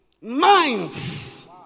Minds